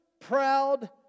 proud